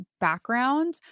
background